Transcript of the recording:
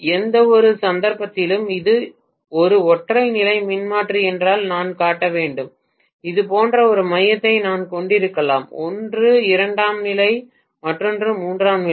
எந்தவொரு சந்தர்ப்பத்திலும் இது ஒரு ஒற்றை நிலை மின்மாற்றி என்றால் நான் காட்ட வேண்டும் இது போன்ற ஒரு மையத்தை நான் கொண்டிருக்கலாம் ஒன்று இரண்டாம் நிலை மற்றொன்று மூன்றாம் நிலை